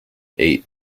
eight